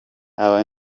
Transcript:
aba